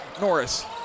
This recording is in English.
Norris